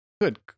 good